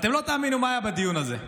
אתם לא תאמינו מה היה בדיון הזה: